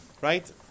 right